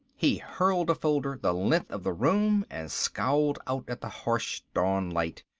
he hurled a folder the length of the room and scowled out at the harsh dawn light.